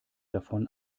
davon